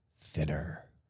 thinner